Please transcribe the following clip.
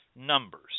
numbers